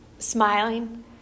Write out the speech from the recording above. Smiling